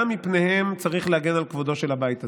גם מפניהם צריך להגן על כבודו של הבית הזה.